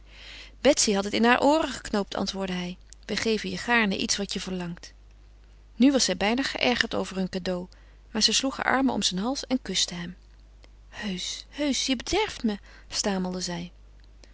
betsy had het in haar ooren geknoopt antwoordde hij we geven je gaarne iets wat je verlangt nu was zij bijna geërgerd over hun cadeau maar ze sloeg haar armen om zijn hals en kuste hem heusch heusch je bederft me stamelde zij